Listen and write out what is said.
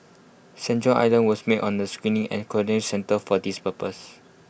saint John's island was made on A screening and quarantine centre for this purpose